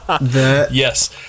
Yes